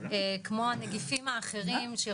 כמו הנגיפים האחרים.